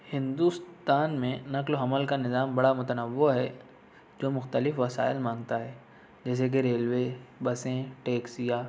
ہندوستان میں نقل و حمل کا نظام بڑا متنوع ہے جو مختلف وسائل مانگتا ہے جیسے کہ ریلوے بسیں ٹیکسیا